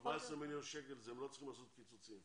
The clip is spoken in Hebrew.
14 מיליון שקל, והם לא צריכים לעשות קיצוצים.